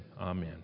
Amen